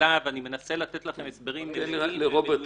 שאלה ואני מנסה לתת לכם הסברים מלאים ומדויקים רק